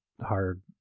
hard